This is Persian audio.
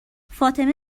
فاطمه